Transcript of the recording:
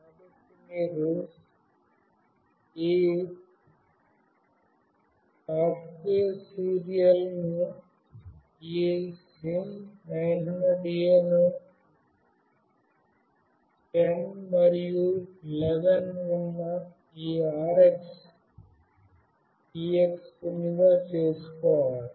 కాబట్టి మీరు ఈ సాఫ్టువేర్ సీరియల్ ను ఈ SIM900A ను 10 మరియు 11 ఉన్న ఈ RX TX పిన్గా చేసుకోవాలి